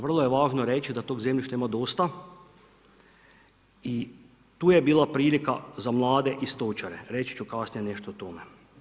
Vrlo je važno reći da toga zemljišta ima dosta i tu je bila prilika za mlade i stočare, reći ću kasnije nešto o tome.